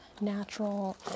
natural